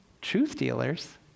truth-dealers